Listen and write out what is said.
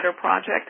Project